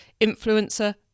influencer